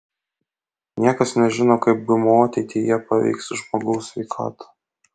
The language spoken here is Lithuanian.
niekas nežino kaip gmo ateityje paveiks žmogaus sveikatą